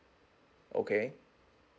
okay